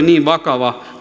niin vakava